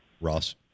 Ross